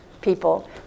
people